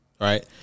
right